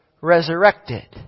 Resurrected